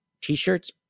t-shirts